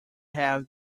have